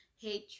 hatred